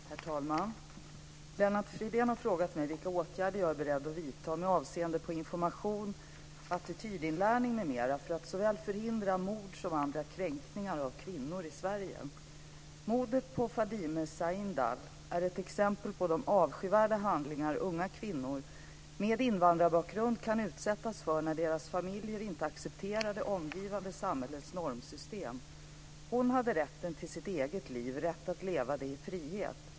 Herr talman! Lennart Fridén har frågat mig vilka åtgärder jag är beredd att vidta med avseende på information och attitydinlärning m.m. för att såväl förhindra mord som andra kränkningar av kvinnor i Mordet på Fadime Sahindal är ett exempel på de avskyvärda handlingar unga kvinnor med invandrarbakgrund kan utsättas för när deras familjer inte accepterar det omgivande samhällets normsystem. Hon hade rätten till sitt eget liv och rätt att leva det i frihet.